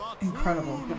Incredible